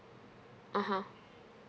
(uh huh)